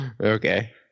Okay